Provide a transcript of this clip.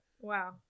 Wow